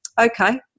okay